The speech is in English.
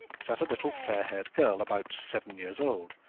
sat a little fair-haired girl, about seven years old,